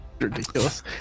ridiculous